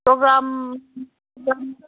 programme